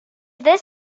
this